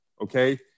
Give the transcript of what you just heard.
Okay